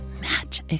match